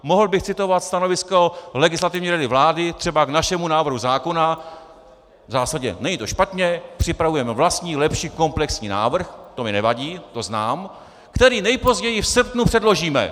Mohl bych citovat stanovisko Legislativní rady vlády třeba k našemu návrhu zákona v zásadě: Není to špatně, připravujeme vlastní, lepší, komplexní návrh to mi nevadí, to znám který nejpozději v srpnu předložíme!